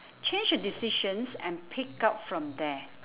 change a decisions and pick up from there